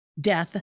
death